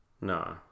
No